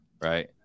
right